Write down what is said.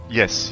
yes